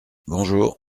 bonjour